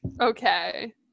Okay